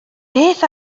beth